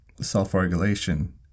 self-regulation